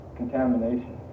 contamination